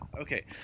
Okay